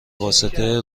واسطه